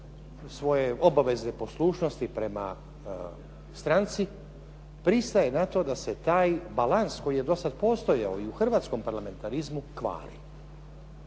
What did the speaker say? svoje obaveze, poslušnosti prema stranci pristaje na to da se taj balans koji je do sad postojao i u hrvatskom parlamentarizmu kvari.